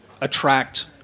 attract